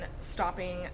stopping